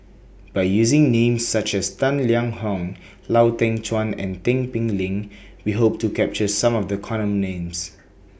By using Names such as Tang Liang Hong Lau Teng Chuan and Tin Pei Ling We Hope to capture Some of The Common Names